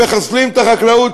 מחסלים את החקלאות,